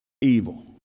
evil